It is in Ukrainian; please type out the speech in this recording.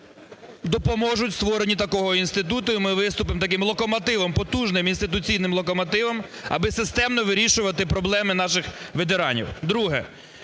допоможуть у створенні такого інституту і ми виступимо таким локомотивом: потужним, інституційним локомотивом аби системно вирішувати проблеми наших ветеранів.